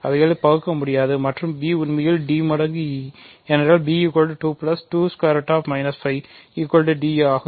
அவைகளை பகுக்க முடியாது மற்றும் b உண்மையில் d மடங்கு e ஏனென்றால் b 2 2 ✓ 5 de ஆகும்